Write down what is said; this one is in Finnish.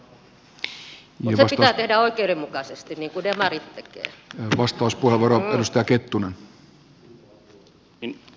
mutta se pitää tehdä oikeudenmukaisesti niin kuin demarit tekevät